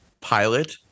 pilot